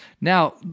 Now